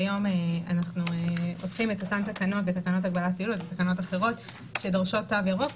כיום אנו עושים את התקנות האלה בתקנות אחרות שדורשות תו ירוק.